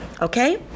okay